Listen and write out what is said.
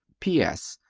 p s.